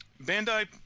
Bandai